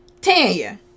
Tanya